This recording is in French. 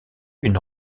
une